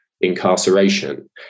incarceration